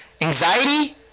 anxiety